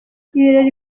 ibirori